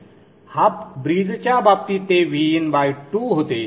half ब्रिजच्या बाबतीत ते Vin2 होते